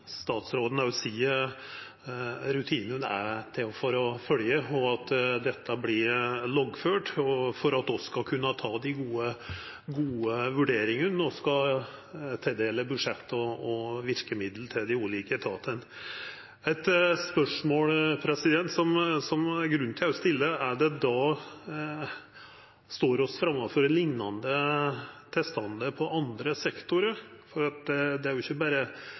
at alt vert loggført for at vi skal kunna gjera dei gode vurderingane når vi skal tildela budsjett og verkemiddel til dei ulike etatane. Eit spørsmål som det er grunn til å stilla, er: Står vi framfor liknande tilstandar på andre sektorar? Det er jo ikkje berre